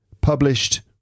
published